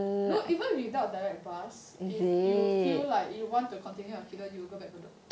no even without direct bus if you feel like you want to continue aikido you will go back bedok